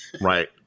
Right